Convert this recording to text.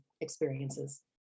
experiences